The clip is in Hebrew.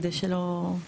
כדי שלא.